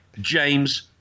James